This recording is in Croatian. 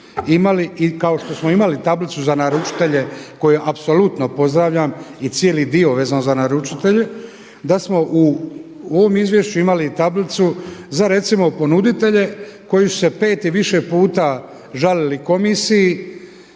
kao što smo imali tablicu za naručitelje koje apsolutno pozdravljam i cijeli dio vezan za naručitelje, da smo u ovom izvješću imali tablicu za recimo ponuditelje koji su se pet i više puta žalili komisiji